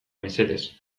mesedez